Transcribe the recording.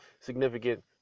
significant